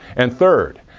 and third,